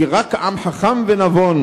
כי רק עם חכם ונבון,